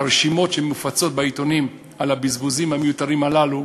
הרשימות שמופצות בעיתונים על הבזבוזים המיותרים הללו,